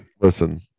listen